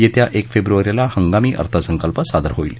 येत्या एक फेब्रवारीला हंगामी अर्थसंकल्प सादर होईल